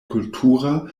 kultura